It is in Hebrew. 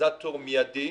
קטליזטור מידי